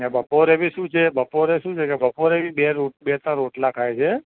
ને બપોરે બી શું છે બપોરે શું છે કે બપોરે બી બે રોટ બે ત્રણ રોટલા ખાય છે